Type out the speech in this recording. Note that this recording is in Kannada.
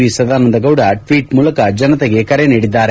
ವಿ ಸದಾನಂದ ಗೌಡ ಟ್ವೀಟ್ ಮೂಲಕ ಜನತೆಗೆ ಕರೆ ನೀಡಿದ್ದಾರೆ